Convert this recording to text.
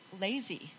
Lazy